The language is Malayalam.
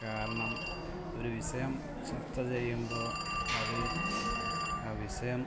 കാരണം ഒരു വിഷയം ചർച്ച ചെയ്യുമ്പോള് അത് ആ വിഷയം